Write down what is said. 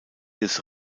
des